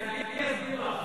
כן, אני אסביר לו אחר כך.